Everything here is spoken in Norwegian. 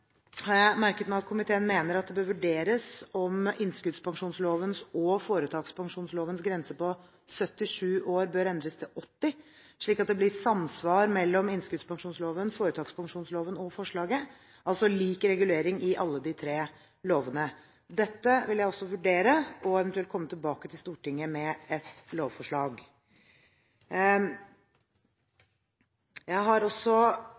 har jeg merket meg at komiteen mener at det bør vurderes om innskuddspensjonslovens og foretakspensjonslovens grense på 77 år bør endres til 80 år, slik at det blir samsvar mellom innskuddspensjonsloven, foretakspensjonsloven og forslaget, altså lik regulering i alle de tre lovene. Dette vil jeg også vurdere og eventuelt komme tilbake til Stortinget med et lovforslag. Jeg har også